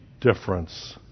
difference